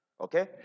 Okay